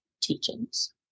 teachings